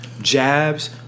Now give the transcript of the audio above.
jabs